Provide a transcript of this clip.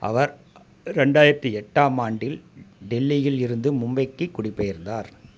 அவர் ரெண்டாயிரத்தி எட்டாம் ஆண்டில் டெல்லியில் இருந்து மும்பைக்கு குடிபெயர்ந்தார்